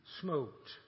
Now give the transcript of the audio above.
smoked